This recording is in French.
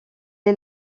est